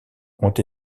ont